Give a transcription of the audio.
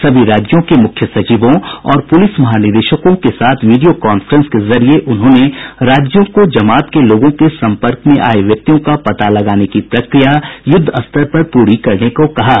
सभी राज्यों के मुख्य सचिवों और पुलिस महानिदेशकों के साथ वीडियो कांफ्रेंस के जरिए उन्होंने राज्यों को जमात के लोगों के संपर्क में आये व्यक्तियों का पता लगाने की प्रक्रिया युद्ध स्तर पर पूरी करने को कहा है